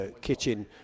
kitchen